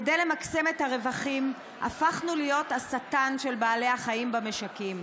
כדי למקסם את הרווחים הפכנו להיות השטן של בעלי החיים במשקים.